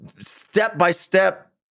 step-by-step